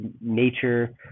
nature